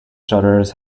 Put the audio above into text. shutters